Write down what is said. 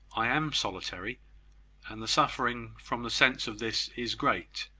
i am solitary and the suffering from the sense of this is great.